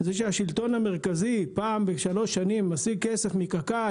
זה שהשלטון המרכזי פעם בשלוש שנים משיג כסף מקק"ל